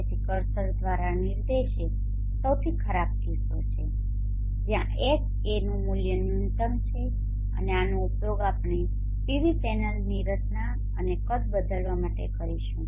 તેથી કર્સર દ્વારા નિર્દેશિત સૌથી ખરાબ કિસ્સો છે જ્યાં Hatનુ મુલ્ય ન્યુનતમ છે અને આનો ઉપયોગ આપણે PV પેનલ્સની રચના અને કદ બદલવા માટે કરીશું